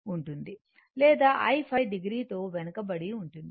లేదా i ϕo తో వెనుకబడి ఉంటుంది